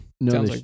no